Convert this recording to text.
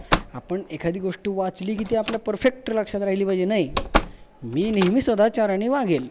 आपण एखादी गोष्ट वाचली की ती आपल्या परफेक्ट लक्षात राहिली पाहिजे नाही मी नेहमी सदाचाराने वागेन